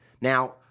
Now